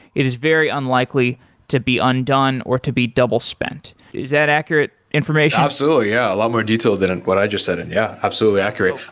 it is very and likely to be undone, or to be double-spent. is that accurate information? absolutely. yeah a lot more detail than and what i just said. and yeah, absolutely accurate.